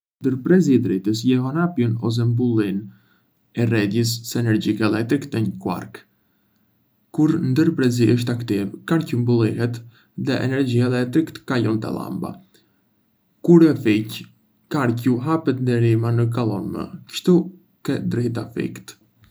Ndërprerësi i dritës lejon hapjen ose mbylljen e rrjedhës së energjisë elektrike në një qark. Kur ndërprerësi është aktiv, qarku mbyllet dhe energjia elektrike kalon te llamba. Kur e fik, qarku hapet dhe rryma nuk kalon më, kështu që drita fiket.